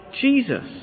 Jesus